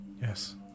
yes